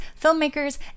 filmmakers